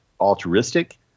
altruistic